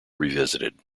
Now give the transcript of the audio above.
revisited